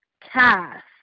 cast